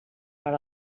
per